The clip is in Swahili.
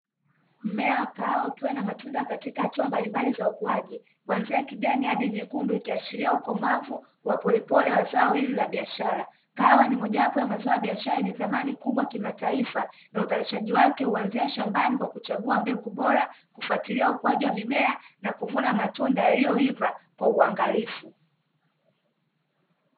Mmea wa kahawa ukiwa na matunda katika hatua mbalimbali za ukuaji kuanzia kijani au nyekundu, ikiashiria ukomavu wa polepole wa zao hili la biashara. Kahawa ni mojawapo ya mazao ya biashara yenye thamani kubwa kimataifa na uzalishaji wake huanzia shambani kwa kuchagua mbegu bora, kufuatilia ukuaji wa mimea na kuvuna matunda yaliyoiva kwa uangalifu.